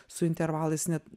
su intervalais net